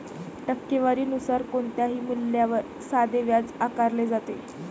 टक्केवारी नुसार कोणत्याही मूल्यावर साधे व्याज आकारले जाते